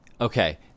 Okay